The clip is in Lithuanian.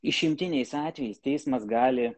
išimtiniais atvejais teismas gali